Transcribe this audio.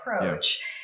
approach